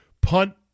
punt